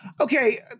okay